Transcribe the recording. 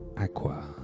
Aqua